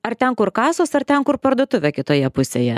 ar ten kur kasos ar ten kur parduotuvė kitoje pusėje